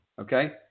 okay